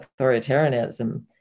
authoritarianism